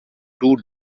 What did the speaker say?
two